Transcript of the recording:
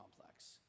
complex